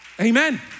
Amen